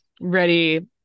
ready